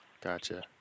Gotcha